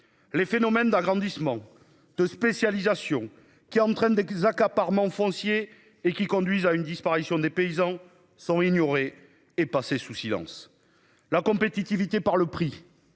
les phénomènes d'agrandissement de spécialisation qui entraîne des accaparement foncier et qui conduisent à une disparition des paysans sont ignorées et passé sous silence la compétitivité par le prix